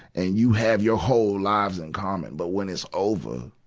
and you have your whole lives in common. but when it's over,